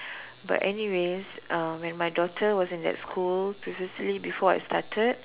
but anyways uh when my daughter was in that school previously before I started